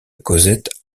cosette